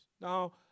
Now